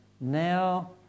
now